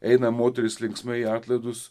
eina moterys linksmai į atlaidus